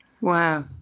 Wow